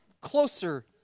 closer